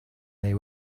they